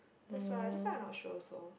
that's why that's why I not sure also